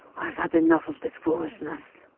i've had enough of this foolishness.